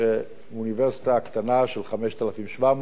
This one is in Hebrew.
אוניברסיטה קטנה של 5,700,